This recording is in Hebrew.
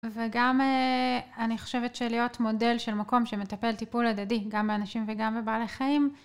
וגם אני חושבת שלהיות מודל של מקום שמטפל טיפול הדדי גם באנשים וגם בבעלי חיים.